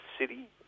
city